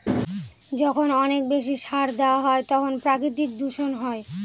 যখন অনেক বেশি সার দেওয়া হয় তখন প্রাকৃতিক দূষণ হয়